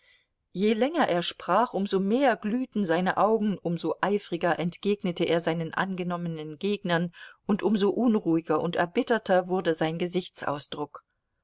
je länger er sprach um so mehr glühten seine augen um so eifriger entgegnete er seinen angenommenen gegnern und um so unruhiger und erbitterter wurde sein gesichtsausdruck